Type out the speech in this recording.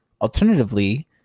alternatively